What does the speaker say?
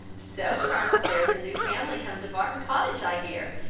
so, colonel, there is a new family come to barton cottage, i hear,